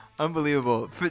Unbelievable